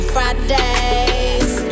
Fridays